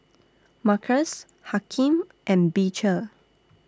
Markus Hakim and Beecher